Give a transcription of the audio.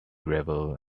gravel